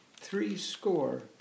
threescore